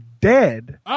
dead